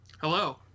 hello